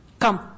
Come